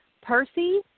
Percy